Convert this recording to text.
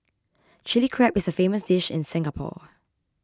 Chilli Crab is a famous dish in Singapore